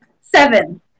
seven